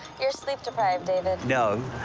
you're sleep deprived, david. no.